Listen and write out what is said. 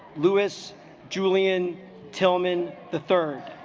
lewis julian tillman the third